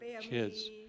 kids